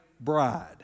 bride